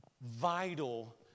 vital